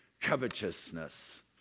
covetousness